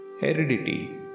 Heredity